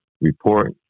Report